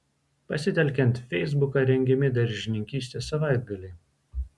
pasitelkiant feisbuką rengiami daržininkystės savaitgaliai